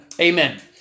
Amen